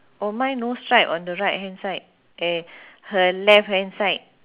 oh mine no stripe on the right hand side eh her left hand side